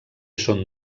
són